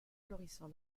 florissant